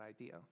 idea